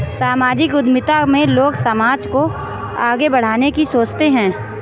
सामाजिक उद्यमिता में लोग समाज को आगे बढ़ाने की सोचते हैं